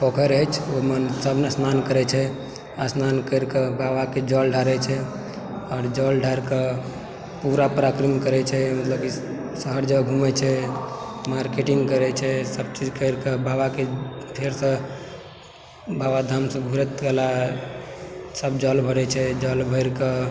पोखरि अछि ओहिमे स्नान करै छै स्नान करिके बाबाके जल ढ़ारै छै आओर जल ढ़ारैके पूरा पराक्रम करै छै मतलब ई हर जगह घूमै छै मार्केटिंग करै छै सब चीज करिके बाबाके फेरसँ बाबा धामसँ घूरैत काल सब जल भरै छै जल भरिके